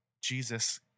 Jesus